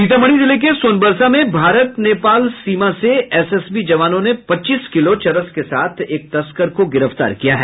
सीतामढ़ी जिले के सोनबरसा में भारत नेपाल सीमा से एसएसबी जवानों ने पच्चीस किलो चरस के साथ एक तस्कर को गिरफ्तार किया है